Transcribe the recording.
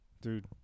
Dude